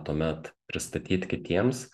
tuomet pristatyt kitiems